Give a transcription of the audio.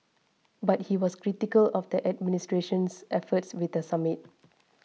but he was critical of the administration's efforts with the summit